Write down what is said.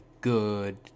good